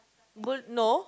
would no